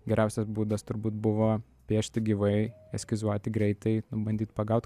geriausias būdas turbūt buvo piešti gyvai eskizuoti greitai bandyt pagaut